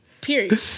Period